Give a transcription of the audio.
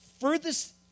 furthest